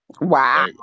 Wow